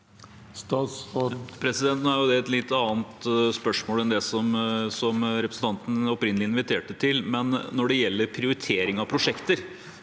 Nå er det et litt annet spørsmål enn det som representanten opprinnelig inviterte til. Når det gjelder prioritering av prosjekter,